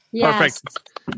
Perfect